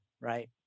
right